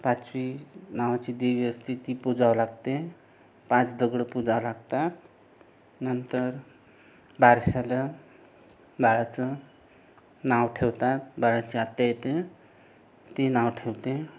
पाचवी नावाची देवी असते ती पूजावं लागते पाच दगड पुजावं लागतात नंतर बारश्याला बाळाचं नाव ठेवतात बाळाची आत्या येते ती नाव ठेवते